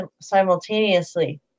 simultaneously